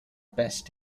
best